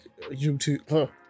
YouTube